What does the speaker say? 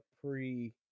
Pre